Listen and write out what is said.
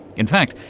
in fact,